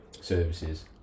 services